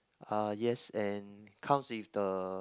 uh yes and comes with the